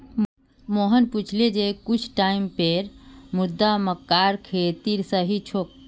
मोहन पूछले जे कुन टाइपेर मृदा मक्कार खेतीर सही छोक?